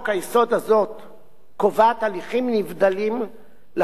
קובעת הליכים נבדלים לחקיקתו של חוק-יסוד,